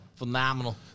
phenomenal